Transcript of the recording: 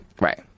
Right